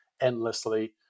endlessly